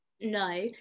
no